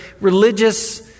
religious